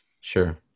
sure